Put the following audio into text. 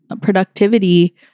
productivity